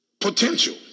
potential